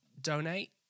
donate